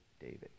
David